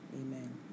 Amen